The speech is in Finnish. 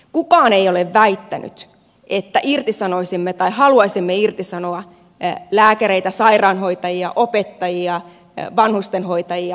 kukaan ei ole väittänyt että irtisanoisimme tai haluaisimme irtisanoa lääkäreitä sairaanhoitajia opettajia vanhusten hoitajia